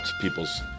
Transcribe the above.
people's